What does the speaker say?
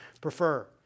prefer